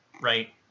right